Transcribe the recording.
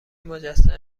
مجسمه